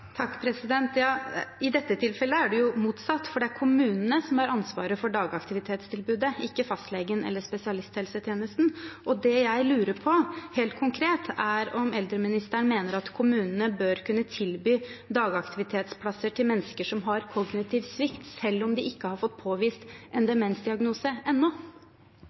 I dette tilfellet er det jo motsatt, for det er kommunene som har ansvaret for dagaktivitetstilbudet, ikke fastlegen eller spesialisthelsetjenesten. Og det jeg lurer på, helt konkret, er om eldreministeren mener at kommunene bør kunne tilby dagaktivitetsplasser til mennesker som har kognitiv svikt, selv om de ennå ikke har fått påvist en demensdiagnose.